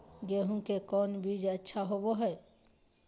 गेंहू के कौन बीज अच्छा होबो हाय?